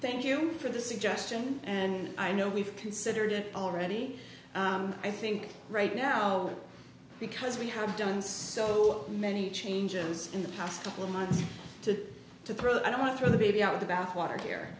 thank you for the suggestion and i know we've considered it already i think right now because we have done so many changes in the past couple of months to to prove that i don't want to throw the baby out the bathwater here